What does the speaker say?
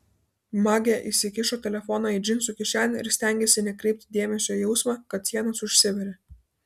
magė įsikišo telefoną į džinsų kišenę ir stengėsi nekreipti dėmesio į jausmą kad sienos užsiveria